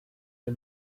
der